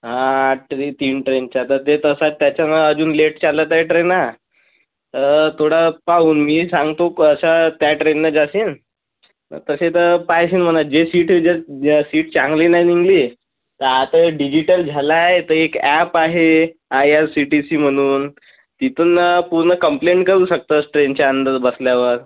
हां ट्री तीन ट्रेनचा तर ते तसं त्याच्यामुळं अजून लेट चालत आहे ट्रेना थोडं पाहून मी सांगतो कसं त्या ट्रेननं जाशील तर तसे तर पाहशील म्हणा जे शीट जर जर शीट चांगली नाही निघाली तर आता डिजिटल झालं आहे तर एक ॲप आहे I R C T C म्हणून तिथून पूर्ण कंप्लेन करू शकतंस ट्रेनच्या अंदर बसल्यावर